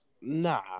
Nah